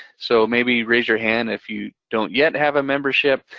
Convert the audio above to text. so maybe raise your hand if you don't yet have a membership.